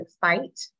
fight